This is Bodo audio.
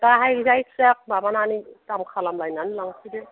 दाहाय जायखिजाया माबानानै दाम खालामलायनानै लांफैदो